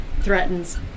threatens